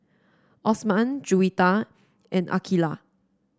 Osman Juwita and Aqilah